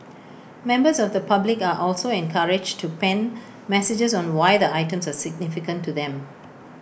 members of the public are also encouraged to pen messages on why the items are significant to them